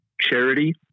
charity